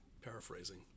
paraphrasing